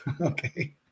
okay